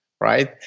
right